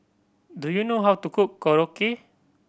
do you know how to cook Korokke